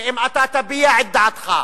שאם אתה תביע את דעתך,